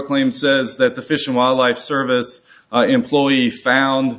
claim says that the fish and wildlife service employee found